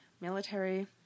military